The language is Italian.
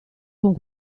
con